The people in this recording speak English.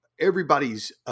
everybody's